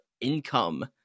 income